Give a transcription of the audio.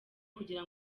kugira